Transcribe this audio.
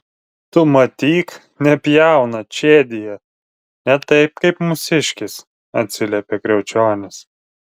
tu matyk nepjauna čėdija ne taip kaip mūsiškis atsiliepė kriaučionis